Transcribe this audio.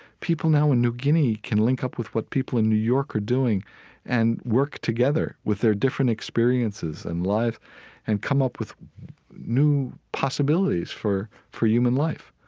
people now in new guinea can link up with what people in new york are doing and work together with their different experiences and lives and come up with new possibilities for for human life.